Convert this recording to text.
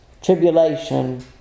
tribulation